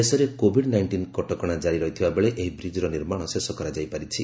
ଦେଶରେ COVID nineteen କଟକଣା ଜାରି ରହିଥିବାବେଳେ ଏହି ବ୍ରିକ୍ର ନିର୍ମାଣ ଶେଷ କରାଯାଇପାରିଛି